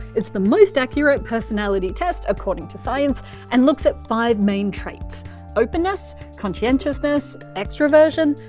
it's the most accurate personality test according to science and looks at five main traits openness, conscientiousness, extraversion,